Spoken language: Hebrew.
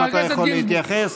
אם אתה יכול להתייחס,